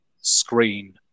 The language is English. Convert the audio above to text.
screen